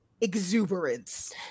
exuberance